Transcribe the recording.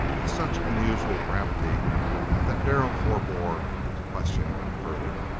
with such unusual gravity that darrell forbore to question further.